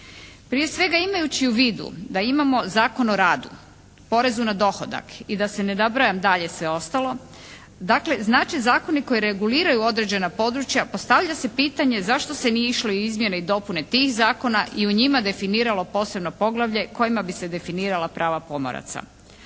Prije svega imajući u vidu da imamo Zakon o radu, porezu na dohodak i da sad ne nabrajam dalje sve ostalo, dakle znači zakoni koji reguliraju određena područja postavlja se pitanje zašto se nije išlo u izmjene i dopune tih zakona i u njima definiralo posebno poglavlje kojima bi se definirala prava pomoraca.